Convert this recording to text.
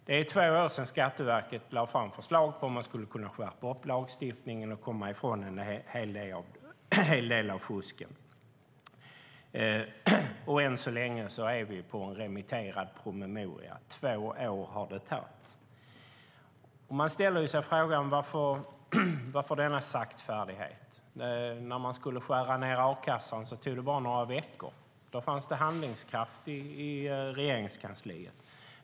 Det är två år sedan Skatteverket lade fram förslag på hur man skulle kunna skärpa lagstiftningen och komma ifrån en hel del av fusket. Än så länge har vi bara en remitterad promemoria. Två år har det tagit. Varför denna saktfärdighet? När man skulle skära ned a-kassan tog det bara några veckor. Då fanns det handlingskraft i Regeringskansliet.